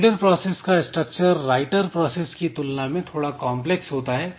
reader process का structure writer process की तुलना में थोड़ा कांप्लेक्स होता है